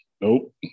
nope